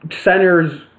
center's